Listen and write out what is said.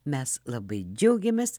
mes labai džiaugiamės